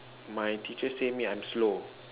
my teacher say me I'm slow